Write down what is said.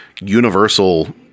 universal